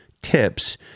tips